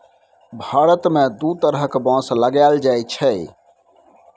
भारत मे दु तरहक बाँस लगाएल जाइ छै